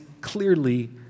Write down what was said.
clearly